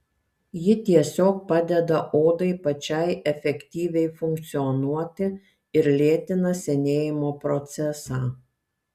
ji tiesiog padeda odai pačiai efektyviai funkcionuoti ir lėtina senėjimo procesą